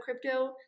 crypto